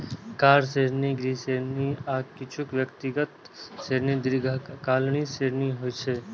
car ऋण, गृह ऋण, आ किछु व्यक्तिगत ऋण दीर्घकालीन ऋण होइ छै